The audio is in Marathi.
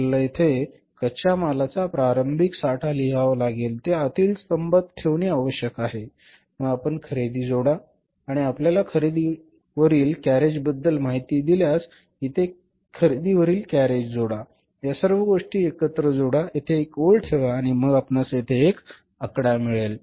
आपल्याला येथे कच्च्या मालाचा प्रारंभिक साठा लिहावा लागेल ते आतील स्तंभात ठेवणे आवश्यक आहे मग आपण खरेदी जोडा आणि आपल्याला खरेदीवरील कॅरेजबद्दल माहिती दिल्यास इथे खरेदीवर कॅरेज जोडा या सर्व गोष्टी एकत्र जोडा येथे एक ओळ ठेवा आणि मग आपणास येथे एक आकडा मिळेल